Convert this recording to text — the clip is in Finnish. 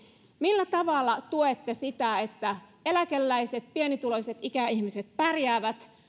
millä tavalla tuette sitä että eläkeläiset pienituloiset ikäihmiset pärjäävät